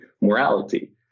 morality